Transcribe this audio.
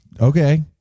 Okay